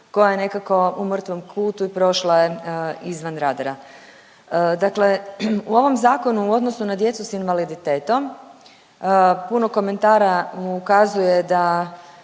koja je nekako u mrtvom kutu i prošla je izvan radara. Dakle, u ovom zakonu u odnosu na djecu s invaliditetom puno komentara ukazuje da